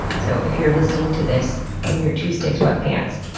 so if you're listening to this in your tuesday sweatpants,